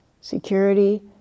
security